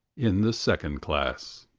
in the second class.